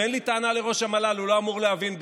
אין לי טענה לראש המל"ל, הוא לא אמור להבין בזה.